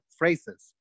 phrases